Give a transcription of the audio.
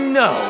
no